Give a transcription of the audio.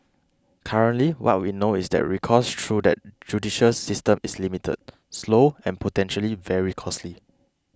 currently what we know is that recourse through that judicial system is limited slow and potentially very costly